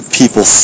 people